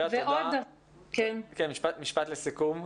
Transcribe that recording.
משפט לסיכום,